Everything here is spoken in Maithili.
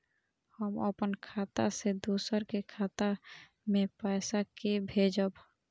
हम अपन खाता से दोसर के खाता मे पैसा के भेजब?